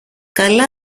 καλά